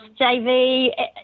JV